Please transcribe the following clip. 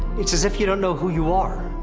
it's as if you don't know who you are,